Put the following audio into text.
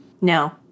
No